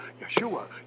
Yeshua